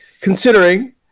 considering